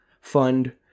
fund